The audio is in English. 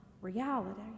reality